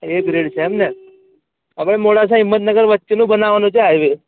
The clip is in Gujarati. એ ગ્રેડ છે એમને હવે મોડાસા હિંમતનગર વચ્ચેનો બનાવવાનો છે હાઇવે